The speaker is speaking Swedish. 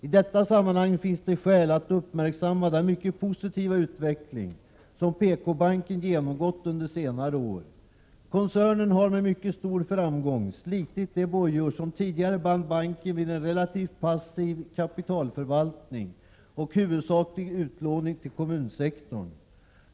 I detta sammanhang finns det skäl att uppmärksamma den mycket positiva utveckling som PKbanken genomgått under senare år. Koncernen har med mycket stor framgång slitit de bojor som tidigare band banken vid en relativt passiv kapitalförvaltning och huvudsaklig utlåning till kommunsektorn.